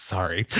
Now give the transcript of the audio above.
Sorry